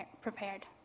prepared